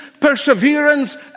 perseverance